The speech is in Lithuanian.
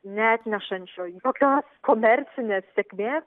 neatnešančio jokios komercinės sėkmės